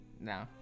No